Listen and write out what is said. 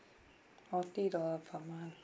forty dollar per month